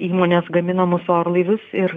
įmonės gaminamus orlaivius ir